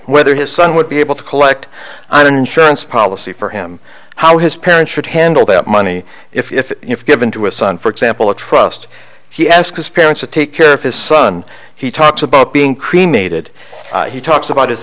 whether his son would be able to collect on an insurance policy for him how his parents should handle that money if given to a son for example a trust he asked his parents to take care of his son he talks about being cremated he talks about his